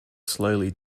slowly